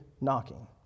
knocking